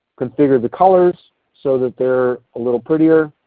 configure the colors so that they are a little prettier,